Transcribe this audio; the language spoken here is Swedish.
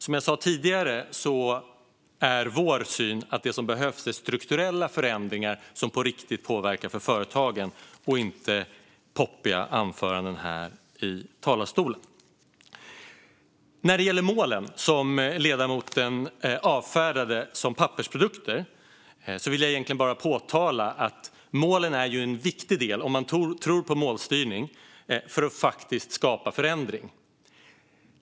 Som jag tidigare sa är vår syn att det som behövs är strukturella förändringar som på riktigt påverkar företagen och inte poppiga anföranden här i talarstolen. När det gäller målen, som ledamoten avfärdade som en pappersprodukt, vill jag påpeka att om man tror på målstyrning är målen en viktig del för att skapa förändring.